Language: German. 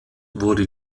wurde